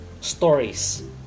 stories